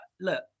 look